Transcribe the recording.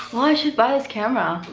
wow, i should buy this camera.